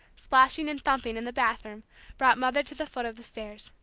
splashing, and thumping in the bathroom brought mother to the foot of the stairs.